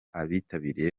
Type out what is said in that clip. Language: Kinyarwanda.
abitabiriye